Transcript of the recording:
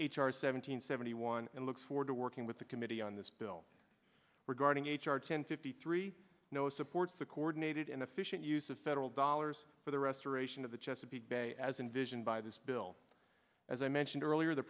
hundred seventy one and look forward to working with the committee on this bill regarding h r ten fifty three no supports the coordinated and efficient use of federal dollars for the restoration of the chesapeake bay as envisioned by this bill as i mentioned earlier the